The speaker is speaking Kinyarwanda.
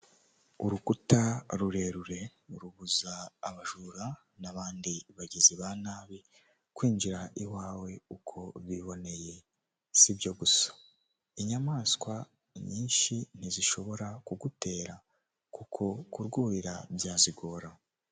Urukuta rurerure rubuza abajura n'abandi bagizi ba nabi kwinjira iwawe uko biboneye, si byo gusa inyamaswa nyinshi ntizishobora kugutera kuko kurwurira byazigora.